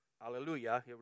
Hallelujah